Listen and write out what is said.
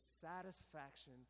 satisfaction